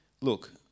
Look